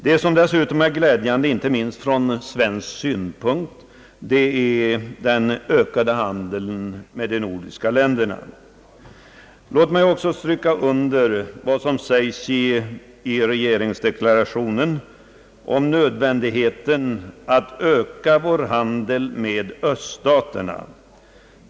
Det som dessutom är glädjande inte minst från svensk synpunkt är den ökade handeln mellan de nordiska länderna. Låt mig också stryka under vad som sägs i regeringsdeklarationen om nödvändigheten av att öka vår handel med öststaterna.